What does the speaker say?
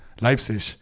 Leipzig